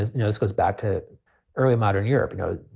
ah know, this goes back to early modern europe. no,